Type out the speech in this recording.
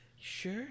Sure